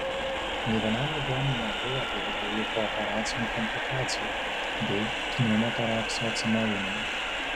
nė vienam ligoniui nebuvo vėlyvųjų pooperacinių komplikacijų bei pneumotorakso atsinaujinimo